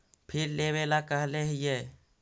फिर लेवेला कहले हियै?